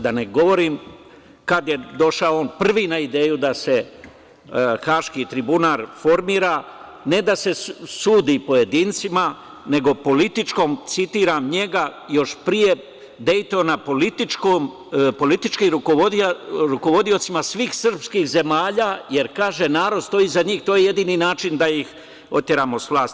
Da ne govorim kad je došao prvi na ideju da se Haški tribunal formira ne da se sudi pojedincima, nego političkim, citiram njega, još prije Dejtona, političkim rukovodiocima svih srpskih zemalja, jer kaže – narod stoji iza njih, to je jedini način da ih oteramo s vlasti.